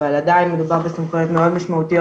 אבל עדיין מדובר בסמכויות מאוד משמעותיות